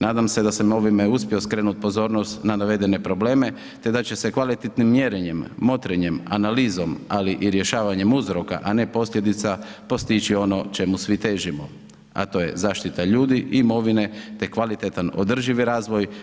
Nadam se da sam ovime uspio skrenuti pozornost na navedene probleme te da će se kvalitetnim mjerenjem, motrenjem, analizom ali i rješavanjem uzroka a ne posljedica postići ono čemu svi težimo a to je zaštita ljudi, imovine te kvalitetan održivi razvoj.